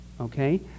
okay